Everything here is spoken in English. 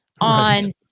on